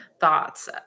thoughts